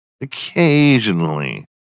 occasionally